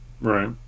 right